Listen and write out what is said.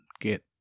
get